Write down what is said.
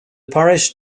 parish